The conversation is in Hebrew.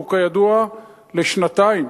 שהוא כידוע לשנתיים,